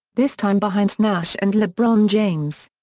this time behind nash and lebron james.